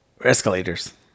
Escalators